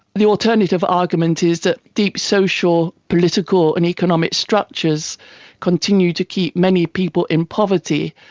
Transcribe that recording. the alternative argument is that deep social, political and economic structures continue to keep many people in poverty,